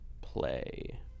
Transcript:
play